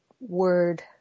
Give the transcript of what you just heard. word